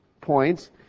points